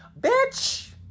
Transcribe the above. Bitch